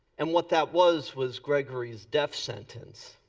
and what that was was grigory's death sentence.